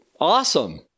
awesome